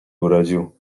urodził